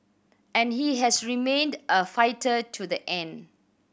and he has remained a fighter to the end